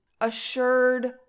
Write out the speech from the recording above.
assured